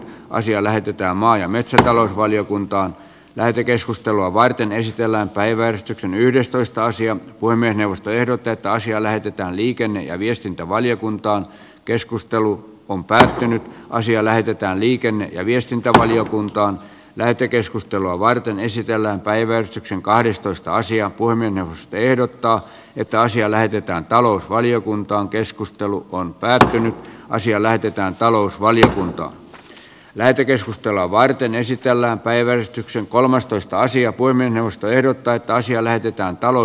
asia lähetetään maa ja metsätalousvaliokuntaan lähetekeskustelua varten esitellään päivä on ihan järkevää että asia näytetään liikenne ja viestintävaliokuntaan keskustelu on päättynyt näitä siirretään poliisille ja viestintävaliokuntaan lähetekeskustelua varten esitellään päivystyksen kahdestoista sija voi mennä uskon että se on päätetty asia lähetetään talousvaliokuntaa lähetekeskustelua varten esitellään päiväystyksen kolmastoista siinä tapauksessa kaikkien osapuolten kannalta parempi ratkaisu